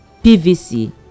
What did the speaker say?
PVC